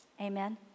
Amen